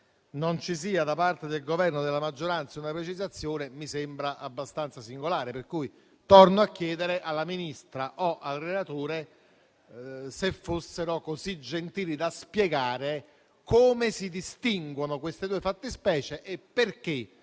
non ci sia, da parte del Governo e della maggioranza, una precisazione mi sembra abbastanza singolare. Torno pertanto a chiedere alla Ministra o al relatore se fossero così gentili da spiegare come si distinguono queste due fattispecie e perché